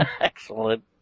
Excellent